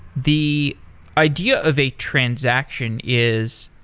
the idea of a transaction is,